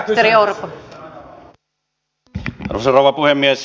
arvoisa rouva puhemies